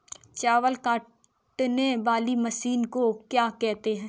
चावल काटने वाली मशीन को क्या कहते हैं?